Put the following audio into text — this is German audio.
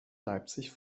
leipzig